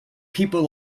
people